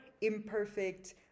imperfect